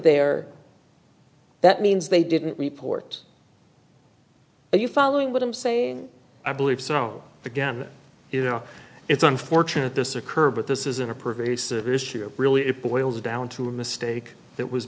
there that means they didn't report you following what i'm saying i believe strong again you know it's unfortunate this occurred but this isn't a pervasive issue really it boils down to a mistake that was